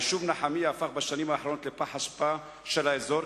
היישוב מנחמיה הפך בשנים האחרונות לפח האשפה של האזור,